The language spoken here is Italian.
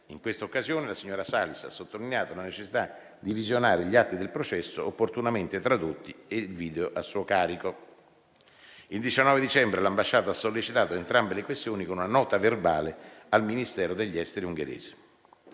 In questa occasione la signora Salis ha sottolineato la necessità di visionare gli atti del processo opportunamente tradotti e i video a suo carico. Il 19 dicembre l'ambasciata ha sollecitato entrambe le questioni con una nota verbale al Ministero degli esteri ungherese.